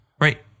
right